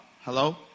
Hello